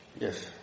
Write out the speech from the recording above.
Yes